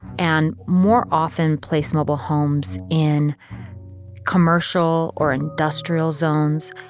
and more often, place mobile homes in commercial or industrial zones,